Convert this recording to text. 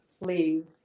leave